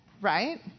right